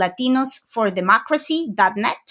latinosfordemocracy.net